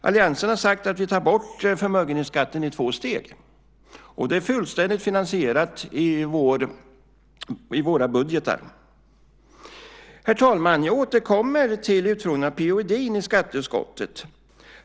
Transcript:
Alliansen har sagt att vi tar bort förmögenhetsskatten i två steg, och detta är fullständigt finansierat i våra budgetar. Herr talman! Jag återkommer till utfrågningen av P.-O. Edin i skatteutskottet.